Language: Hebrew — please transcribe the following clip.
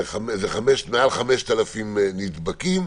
זה מעל 5,000 נדבקים.